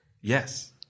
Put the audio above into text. Yes